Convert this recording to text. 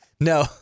No